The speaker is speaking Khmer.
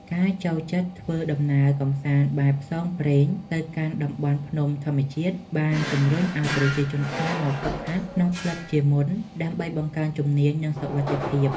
ការចូលចិត្តធ្វើដំណើរកម្សាន្តបែបផ្សងព្រេងទៅកាន់តំបន់ភ្នំធម្មជាតិ បានជំរុញឱ្យប្រជាជនខ្មែរមកហ្វឹកហាត់ក្នុងក្លឹបជាមុន ដើម្បីបង្កើនជំនាញ និងសុវត្ថិភាព។